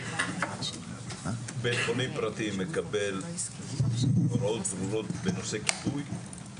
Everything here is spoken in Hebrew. בית חולים פרטי מקבל הוראות ברורות בנושא כיבוי?